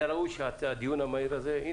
היה ראוי שהדיון המהיר הזה היה